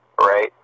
right